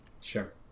Sure